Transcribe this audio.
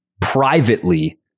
privately